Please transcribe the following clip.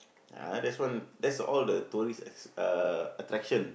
ah that's one that's all the tourist uh attraction